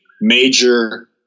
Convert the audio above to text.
major